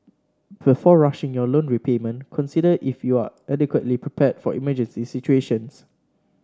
before rushing your loan repayment consider if you are adequately prepared for emergency situations